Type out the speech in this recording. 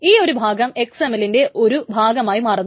ഈ ഒരു ഭാഗം XML ന്റെ ഒരു ഭാഗമായി മാറുന്നു